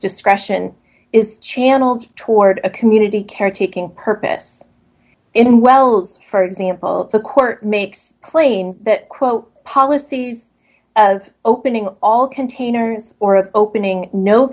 discretion is channeled toward a community caretaking purpose in wells for example the court makes plain that quote policies of opening all containers or of opening no